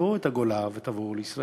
תעזבו את הגולה ותבואו לישראל.